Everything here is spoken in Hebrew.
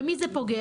במי זה פוגע,